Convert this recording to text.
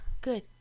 good